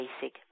basic